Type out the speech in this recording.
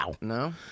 No